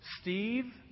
Steve